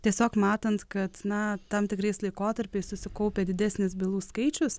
tiesiog matant kad na tam tikrais laikotarpiais susikaupia didesnis bylų skaičius